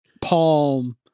palm